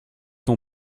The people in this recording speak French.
ton